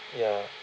ya